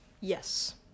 Yes